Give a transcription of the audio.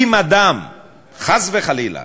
אם אדם חס וחלילה